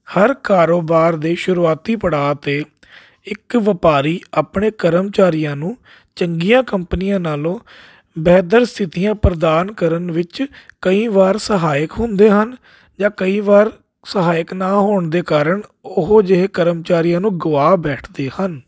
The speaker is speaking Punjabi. ਹਰ ਕਾਰੋਬਾਰ ਦੇ ਸ਼ੁਰੂਆਤੀ ਪੜਾਅ 'ਤੇ ਇੱਕ ਵਪਾਰੀ ਆਪਣੇ ਕਰਮਚਾਰੀਆਂ ਨੂੰ ਚੰਗੀਆਂ ਕੰਪਨੀਆਂ ਨਾਲੋਂ ਵੈਦਰ ਸਥਿਤੀਆਂ ਪ੍ਰਦਾਨ ਕਰਨ ਵਿੱਚ ਕਈ ਵਾਰ ਸਹਾਇਕ ਹੁੰਦੇ ਹਨ ਜਾਂ ਕਈ ਵਾਰ ਸਹਾਇਕ ਨਾ ਹੋਣ ਦੇ ਕਾਰਨ ਉਹ ਜਿਹੇ ਕਰਮਚਾਰੀਆਂ ਨੂੰ ਗੁਆ ਬੈਠਦੇ ਹਨ